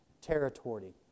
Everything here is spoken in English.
territory